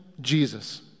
Jesus